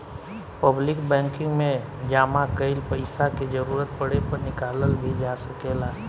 public banking में जामा कईल पइसा के जरूरत पड़े पर निकालल भी जा सकेला